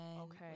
okay